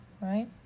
Right